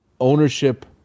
ownership